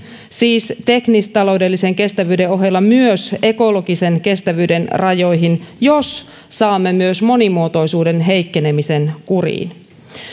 siis teknistaloudellisen kestävyyden ohella myös ekologisen kestävyyden rajoihin jos saamme myös monimuotoisuuden heikkenemisen kuriin